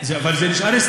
אבל זה נשאר .